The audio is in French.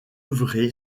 œuvré